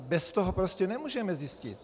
Bez toho to prostě nemůžeme zjistit.